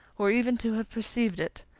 or even to have perceived it.